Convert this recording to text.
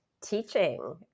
teaching